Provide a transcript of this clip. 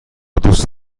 دوست